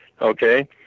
Okay